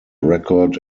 record